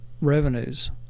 revenues